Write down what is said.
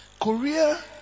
Korea